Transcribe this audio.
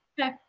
Okay